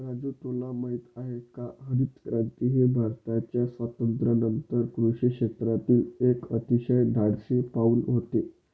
राजू तुला माहित आहे का हरितक्रांती हे भारताच्या स्वातंत्र्यानंतर कृषी क्षेत्रातील एक अतिशय धाडसी पाऊल होते